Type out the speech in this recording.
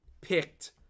picked